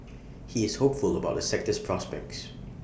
he is hopeful about the sector's prospects